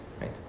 right